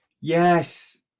Yes